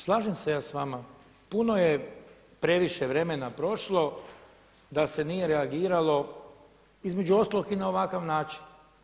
Slažem se ja s vama, puno je previše vremena prošlo da se nije reagiralo između ostalog i na ovakav način.